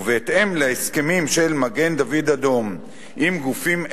ובהתאם להסכמים של מגן-דוד-אדום עם גופים אלו,